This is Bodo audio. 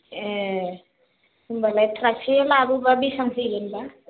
ए होमब्लालाय ट्राकसे लाबोब्ला बेसां जाहैगोनबा